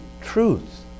truth